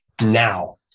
now